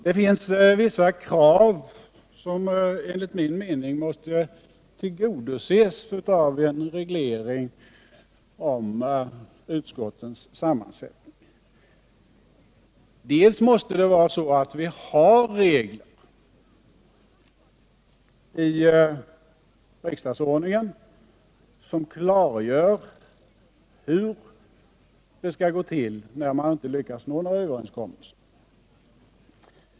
Det finns enligt min mening vissa krav som måste tillgodoses vid en reglering av utskottens sammansättning. Det måste i riksdagsordningen finnas regler som klargör hur det skall gå till när man inte lyckas uppnå en överenskommelse.